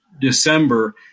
December